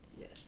Yes